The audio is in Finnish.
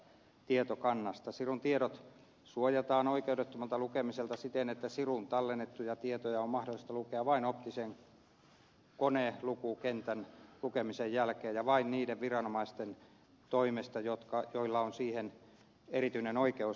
sirun tiedot suojataan oikeudettomalta lukemiselta siten että siruun tallennettuja tietoja on mahdollista lukea vain optisen konelukukentän lukemisen jälkeen ja vain niiden viranomaisten toimesta joilla on siihen erityinen oikeus